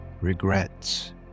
regrets